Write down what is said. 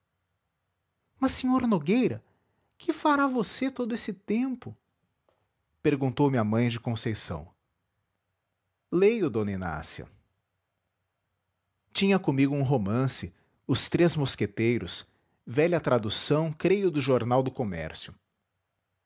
mas sr nogueira que fará você todo esse tempo perguntou-me a mãe de conceição leio d inácia tinha comigo um romance os três mosqueteiros velha tradução creio do jornal do comércio